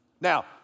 Now